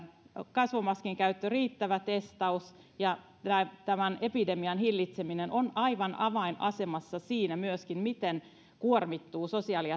kasvomaskien käyttö riittävä testaus ja tämän epidemian hillitseminen ovat myöskin aivan avainasemassa siinä miten kuormittuu sosiaali